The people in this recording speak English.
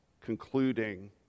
concluding